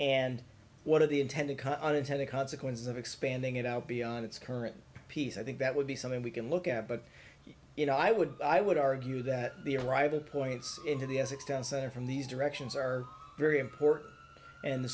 and what are the intended unintended consequences of expanding it out beyond its current piece i think that would be something we can look at but you know i would i would argue that the arrival points into the essex downsizer from these directions are very important and the